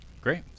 Great